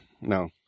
No